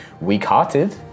weak-hearted